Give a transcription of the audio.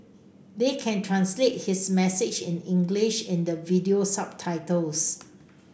they can translate his message in English in the video subtitles